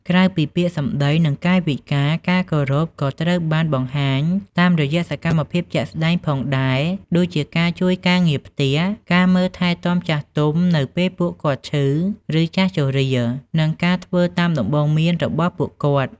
ក្រៅពីពាក្យសម្ដី និងកាយវិការ ការគោរពក៏ត្រូវបានបង្ហាញតាមរយៈសកម្មភាពជាក់ស្តែងផងដែរ ដូចជាការជួយការងារផ្ទះ ការមើលថែទាំចាស់ទុំនៅពេលពួកគាត់ឈឺ ឬចាស់ជរា និងការធ្វើតាមដំបូន្មានរបស់ពួកគាត់។